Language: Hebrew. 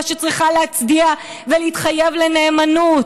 שצריכה להצדיע ולהתחייב לנאמנות.